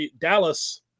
Dallas